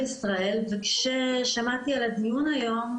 בישראל, וכששמעתי על הדיון היום,